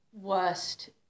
worst